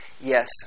yes